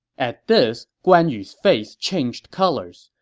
at this, guan yu's face changed colors.